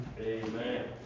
Amen